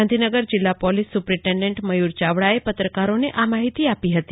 ગાંધીનગર જિલ્લા police superintendent Mayur ચાવડાએ પત્રકારોને આ માહિતી આપી હતી